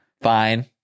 fine